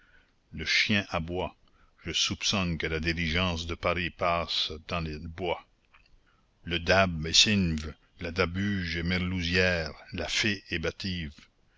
le chien aboie je soupçonne que la diligence de paris passe dans le bois le dab est sinve la dabuge est merloussière la fée est bative